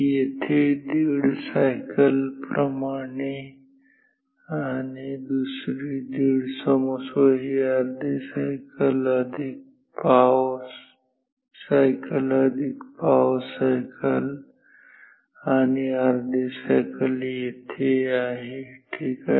येथे दीड सायकल प्रमाणे आणि दुसरी दीड 1 क्षमस्व हे अर्धी सायकल अधिक पाव सायकल अधिक पाव सायकल आणि अर्धी सायकल येथे आहे ठीक आहे